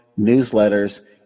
newsletters